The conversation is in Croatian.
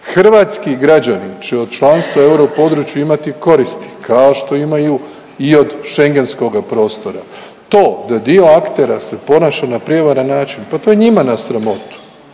Hrvatski građanin će od članstva u europodručju imati koristi kao što imaju i od Schengenskoga prostora. To da dio aktera se ponaša na prijevaran način pa to je njima na sramotu,